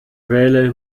wähle